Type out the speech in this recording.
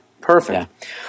Perfect